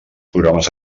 programes